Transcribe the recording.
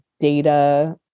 data